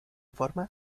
forma